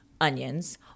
onions